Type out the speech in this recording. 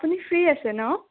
আপুনি ফ্ৰী আছে নহ্